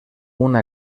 una